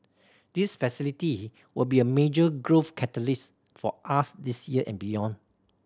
this facility will be a major growth catalyst for us this year and beyond